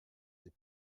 des